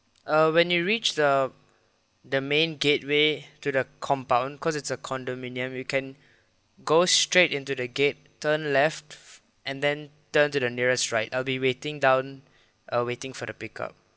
uh when you reach the the main gateway to the compound cause it's a condominium you can go straight into the gate turn left and then turn to the nearest right I'll be waiting down I'll waiting for the pick up